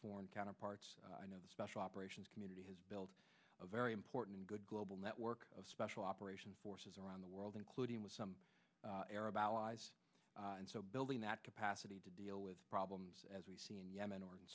foreign counterparts the special operations community has built a very important good global network of special operations forces around the world including with some arab allies and so building that capacity to deal with problems as we see in yemen or